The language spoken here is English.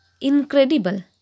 Incredible